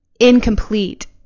incomplete